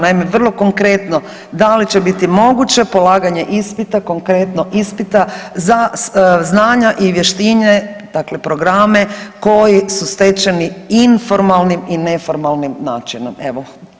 Naime, vrlo konkretno, da li će biti moguće polaganje ispita, konkretno ispita za znanja i vještine, dakle programe koji su stečeni informalnim i neformalnim načinom, evo.